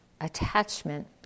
attachment